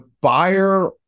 buyer